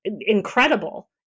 incredible